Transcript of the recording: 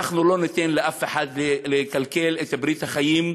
אנחנו לא ניתן לאף אחד לקלקל את ברית החיים,